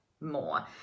more